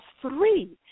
three